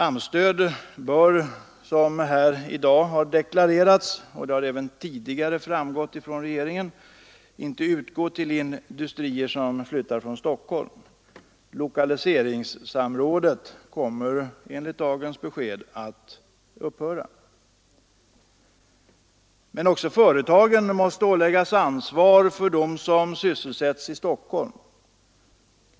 AMS-stöd bör, som här i dag har deklarerats och som även tidigare har framgått av uttalanden från regeringen, inte utgå till industrier som flyttar från Stockholm. Lokaliseringssamrådet kommer enligt dagens besked att upphöra. Men även företagen måste åläggas ansvar för den som sysselsätts i Stockholm.